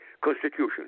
Constitution